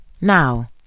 Now